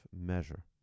measure